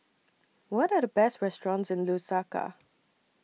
What Are The Best restaurants in Lusaka